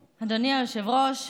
היושב-ראש,